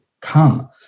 come